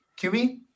QB